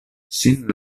ŝin